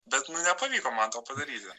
bet nu nepavyko man to padaryti